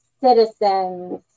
citizens